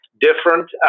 different